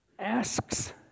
asks